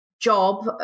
job